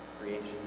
creation